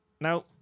now